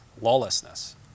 lawlessness